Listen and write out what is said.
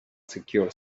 secure